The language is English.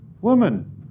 woman